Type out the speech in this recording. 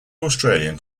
australian